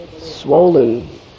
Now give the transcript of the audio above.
swollen